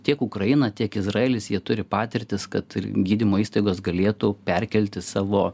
tiek ukraina tiek izraelis jie turi patirtis kad gydymo įstaigos galėtų perkelti savo